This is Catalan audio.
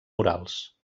murals